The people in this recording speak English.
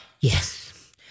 Yes